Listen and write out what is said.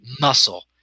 muscle